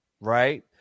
Right